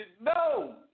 No